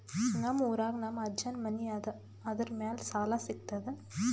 ನಮ್ ಊರಾಗ ನಮ್ ಅಜ್ಜನ್ ಮನಿ ಅದ, ಅದರ ಮ್ಯಾಲ ಸಾಲಾ ಸಿಗ್ತದ?